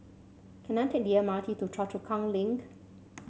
can I take the M R T to Choa Chu Kang Link